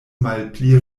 malpli